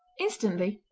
instantly,